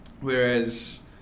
whereas